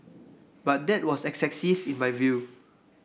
but that was excessive in my view